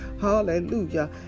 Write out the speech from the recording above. Hallelujah